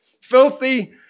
Filthy